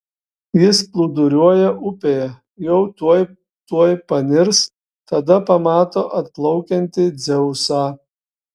jis plūduriuoja upėje jau tuoj tuoj panirs tada pamato atplaukiantį dzeusą